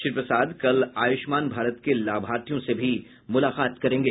श्री प्रसाद कल आयुष्मान भारत के लाभार्थियों से भी मुलाकात करेंगे